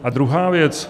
A druhá věc.